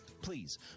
please